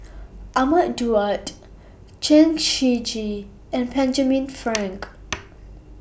Ahmad Daud Chen Shiji and Benjamin Frank